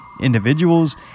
individuals